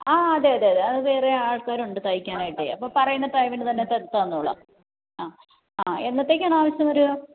ആ അതെ അതെ അതെ അത് വേറെ ആൾക്കാരുണ്ട് തയ്ക്കാനായിട്ട് അപ്പം പറഞ്ഞ ടൈമിന് തന്നെ തയ്ച്ച് തന്നോളാം ആ ആ എന്നത്തേക്കാണ് ആവശ്യം വരിക